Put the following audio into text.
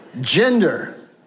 Gender